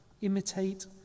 imitate